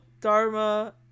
Dharma